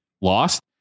lost